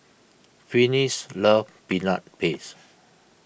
Finis loves Peanut Paste